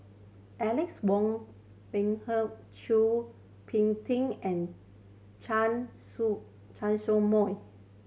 Alex Ong Boon Hau Chua Phung Kim and Chen Show Chen Show Mao